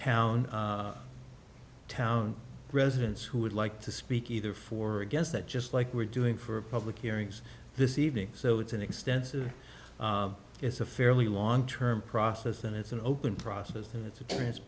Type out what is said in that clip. town town residents who would like to speak either for or against that just like we're doing for public hearings this evening so it's an extensive it's a fairly long term process and it's an open process and it's